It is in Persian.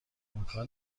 امکان